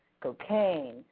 cocaine